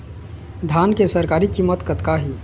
धान के सरकारी कीमत कतका हे?